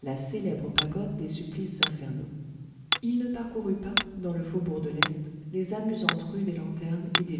la célèbre pagode des supplices infernaux il ne parcourut pas dans le faubourg de l'est les amusantes rues des lanternes et des